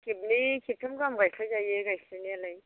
खेबनै खेबथाम गाहाम गायस्लायजायो गायस्लायनायालाय